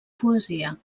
poesia